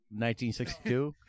1962